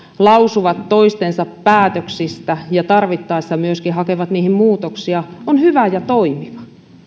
lausuvat toistensa päätöksistä ja tarvittaessa myöskin hakevat niihin muutoksia on hyvä ja toimiva